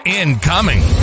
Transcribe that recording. incoming